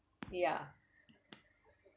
ya